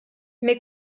mais